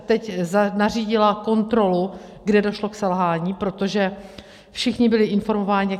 Teď nařídila kontrolu, kde došlo k selhání, protože všichni byli informováni.